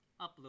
upload